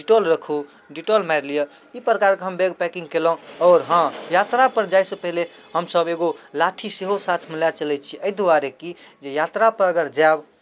Dettol राखू Dettol मारि लिअ ई प्रकारके हम बैग पैकिंग कयलहुँ आओर हँ यात्रापर जाइसँ पहिले हमसभ एगो लाठी सेहो साथमे लए चलै छी एहि दुआरे कि जे यात्रापर अगर जायब